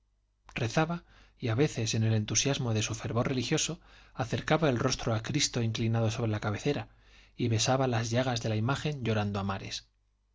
rezaba y a veces en el entusiasmo de su fervor religioso acercaba el rostro al cristo inclinado sobre la cabecera y besaba las llagas de la imagen llorando a mares